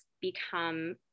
become